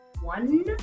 one